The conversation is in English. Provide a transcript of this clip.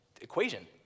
equation